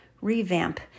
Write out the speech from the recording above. revamp